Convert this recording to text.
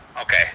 Okay